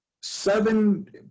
seven